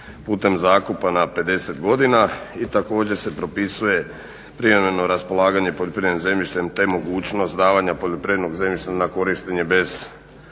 putem zakupa na 50 godina i također se raspisuje prijavljeno raspolaganje poljoprivrednim zemljištem te mogućnost davanja poljoprivrednog zemljišta na korištenje bez